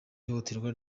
ihohoterwa